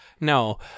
no